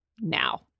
now